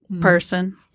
person